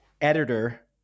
editor